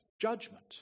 judgment